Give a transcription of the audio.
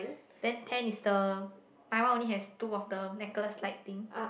then ten is the my one only has two of the necklace like thing